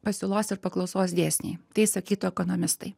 pasiūlos ir paklausos dėsniai tai sakytų ekonomistai